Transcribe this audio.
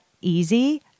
easy